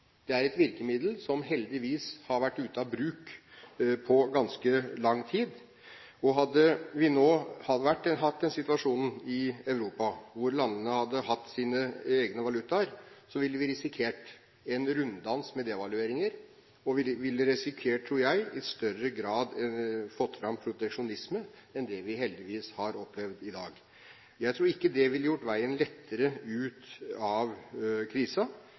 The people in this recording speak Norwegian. Det er et virkemiddel som heldigvis har vært ute av bruk i ganske lang tid. Hadde vi nå hatt den situasjonen i Europa at landene hadde hatt sine egne valutaer, så ville vi risikert en runddans med devalueringer og, tror jeg, i større grad fått fram proteksjonisme enn det vi heldigvis har opplevd i dag. Jeg tror ikke det ville gjort veien lettere ut av